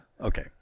okay